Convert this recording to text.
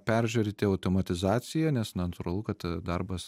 peržiūrėti automatizaciją nes natūralu kad darbas